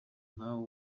nkawe